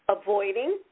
avoiding